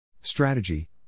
Strategy